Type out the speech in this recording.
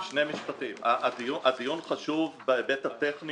הדיון חשוב בהיבט הטכני